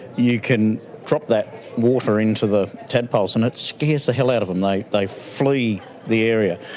you can drop that water into the tadpoles and it scares the hell out of them, like they flee the area.